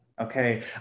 Okay